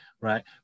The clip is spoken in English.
Right